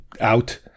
out